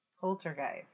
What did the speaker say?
Poltergeist